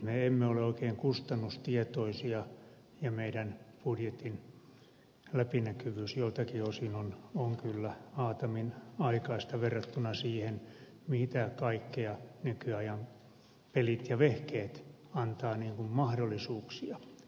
me emme ole oikein kustannustietoisia ja meidän budjetin läpinäkyvyys joiltakin osin on kyllä aataminaikaista verrattuna siihen mitä kaikkia mahdollisuuksia nykyajan pelit ja vehkeet antavat eli tarkoitan atkta